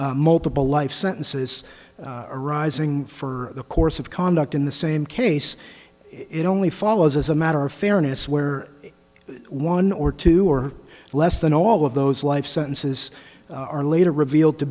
multiple life sentences arising for the course of conduct in the same case it only follows as a matter of fairness where one or two or less than all of those life sentences are later revealed to